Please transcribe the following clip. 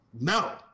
no